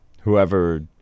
whoever